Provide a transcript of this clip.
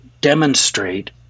demonstrate